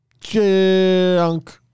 Junk